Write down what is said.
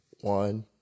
one